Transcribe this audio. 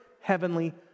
heavenly